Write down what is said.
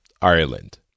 Ireland